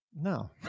No